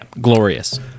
glorious